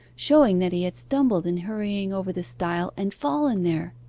showing that he had stumbled in hurrying over the stile, and fallen there.